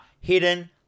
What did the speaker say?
hidden